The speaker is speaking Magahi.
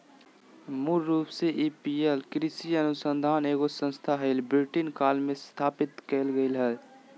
मूल रूप से इंपीरियल कृषि अनुसंधान एगो संस्थान हलई, ब्रिटिश काल मे स्थापित कैल गेलै हल